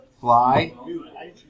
Fly